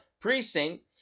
Precinct